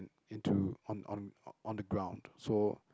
into on on on the ground so